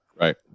Right